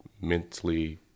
mentally